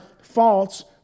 faults